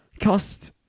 cost